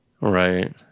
Right